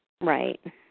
Right